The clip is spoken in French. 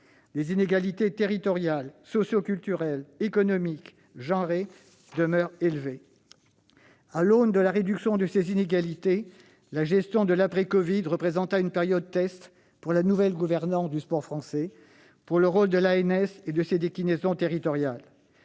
Les inégalités territoriales, socioculturelles, économiques, genrées demeurent élevées. À l'aune de la réduction de ces inégalités, la gestion de l'après-covid représentera une période test pour la nouvelle gouvernance du sport français, pour le rôle de l'ANS et de ses déclinaisons territoriales.